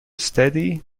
steady